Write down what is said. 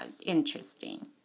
Interesting